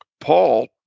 Paul